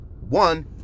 one